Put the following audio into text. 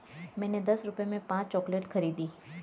मैंने दस रुपए में पांच चॉकलेट खरीदी